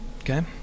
Okay